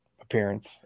appearance